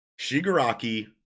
shigaraki